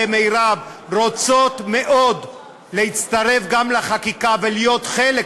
ומירב רוצות מאוד להצטרף גם לחקיקה ולהיות חלק,